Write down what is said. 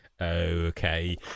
Okay